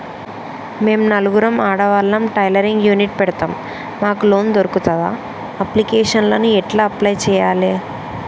మేము నలుగురం ఆడవాళ్ళం టైలరింగ్ యూనిట్ పెడతం మాకు లోన్ దొర్కుతదా? అప్లికేషన్లను ఎట్ల అప్లయ్ చేయాలే?